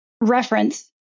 reference